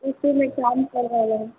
इसीमे काम करवा लो